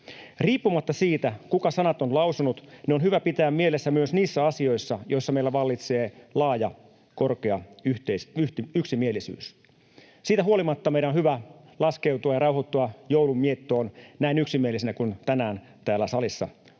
Riippumatta siitä, kuka sanat on lausunut, ne on hyvä pitää mielessä myös niissä asioissa, joissa meillä vallitsee laaja, korkea yksimielisyys. Siitä huolimatta meidän on hyvä laskeutua ja rauhoittua joulunviettoon näin yksimielisinä kuin tänään täällä salissa olemme